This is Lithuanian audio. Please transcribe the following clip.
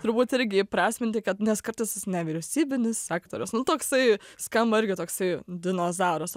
turbūt irgi įprasminti kad nes kartais nevyriausybinis sektorius toksai skamba irgi toksai dinozauras